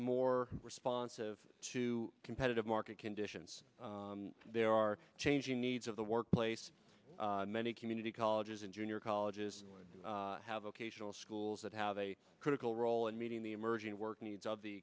more responsive to competitive market conditions there are changing needs of the workplace many community colleges and junior colleges have occasional schools that have a critical role in meeting the emerging work needs of the